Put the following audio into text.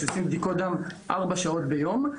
שבו עושים בדיקות דם כארבע שעות ביום.